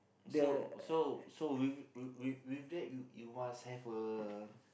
so so so with with that you must have a